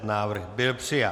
Návrh byl přijat.